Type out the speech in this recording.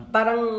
Parang